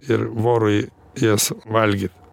ir vorui jas valgyt